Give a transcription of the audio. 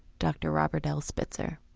dr robert l spitzer.